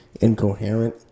incoherent